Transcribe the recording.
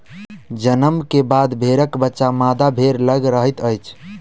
जन्म के बाद भेड़क बच्चा मादा भेड़ लग रहैत अछि